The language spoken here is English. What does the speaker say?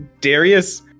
Darius